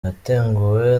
natunguwe